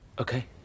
Okay